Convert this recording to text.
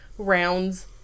rounds